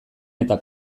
eta